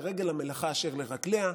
לרגל המלאכה אשר לרגליה.